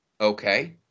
Okay